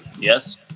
Yes